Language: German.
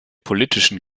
politischen